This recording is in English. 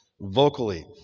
vocally